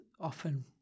often